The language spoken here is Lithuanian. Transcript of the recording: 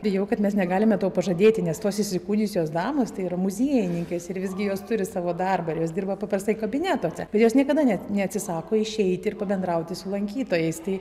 bijau kad mes negalime to pažadėti nes tos įsikūnijusios damos tai yra muziejininkės ir visgi jos turi savo darbą ir jos dirba paprastai kabinetuose jos niekada ne neatsisako išeiti ir pabendrauti su lankytojais tai